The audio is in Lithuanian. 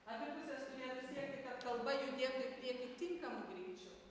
abi pusės turėtų siekti kad kalba judėtų į priekį tinkamu greičiu